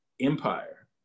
empire